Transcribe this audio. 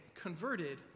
converted